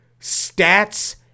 stats